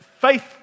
faith